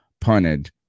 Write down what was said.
punted